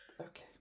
Okay